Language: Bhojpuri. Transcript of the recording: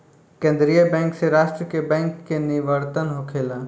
केंद्रीय बैंक से राष्ट्र के बैंक के निवर्तन होखेला